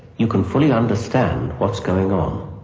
you can fully understand what's going on.